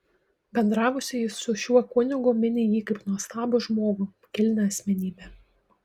bendravusieji su šiuo kunigu mini jį kaip nuostabų žmogų kilnią asmenybę